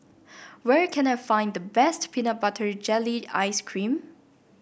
where can I find the best Peanut Butter Jelly Ice cream